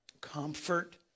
comfort